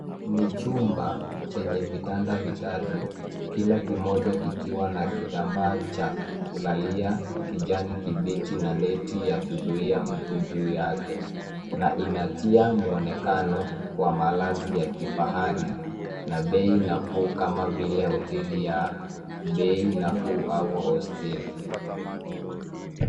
Ni chumba chenye vitanda vitatu, kila kimoja kikiwa na kitambaa cha kulalia kijani kibichi na neti ya kuzuia mbu juu yake, na ina tia muonekano wa malazi ya kifahari na bei nafuu kama vile hoteli ya bei nafuu au hosteli.